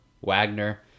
Wagner